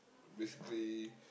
basically